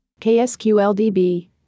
KSQLDB